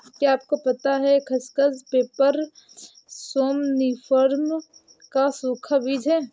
क्या आपको पता है खसखस, पैपर सोमनिफरम का सूखा बीज है?